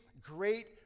great